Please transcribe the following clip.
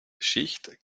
schicht